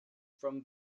from